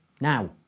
now